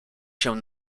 się